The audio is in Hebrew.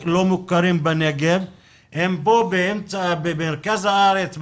שלא מוכרים בנגב אלא הם כאן במרכז הארץ,